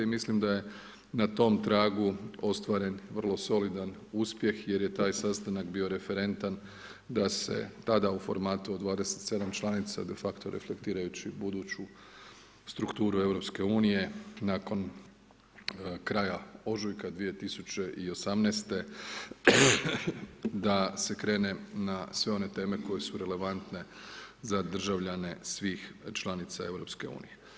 I mislim da je na tom tragu ostvaren vrlo solidan uspjeh jer je taj sastanak bio referentan da se tada u formatu od 27 članica de facto reflektirajući buduću strukturu EU nakon kraja ožujka 2018. da se krene na sve one teme koje su relevantne za državljane svih članica EU.